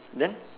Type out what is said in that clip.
then